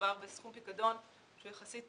מדובר בסכום פיקדון שהוא חריג יחסית